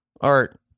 art